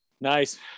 Nice